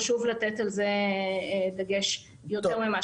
חשוב לתת על זה דגש יותר ממה שקורה.